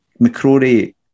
McCrory